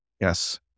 Yes